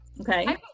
okay